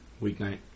Weeknight